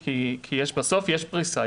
כי בסוף יש פריסה.